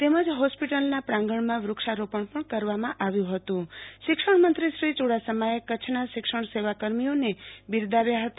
તેમજ હોસ્પિટલના પ્રાંગણમાં વૃ ક્ષારોપણ પણ કરવામાં આવ્યુ હતું શિક્ષણમંત્રી શ્રી યુ ડાસમાએ કચ્છના શિક્ષણ સેવાકર્મીઓને બિરદાવ્યા હતા